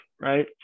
Right